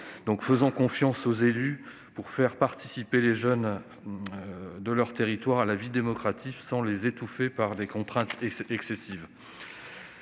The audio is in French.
Faisons confiance aux élus pour faire participer les jeunes de leur territoire à la vie démocratique, sans les étouffer par des contraintes excessives.